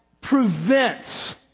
prevents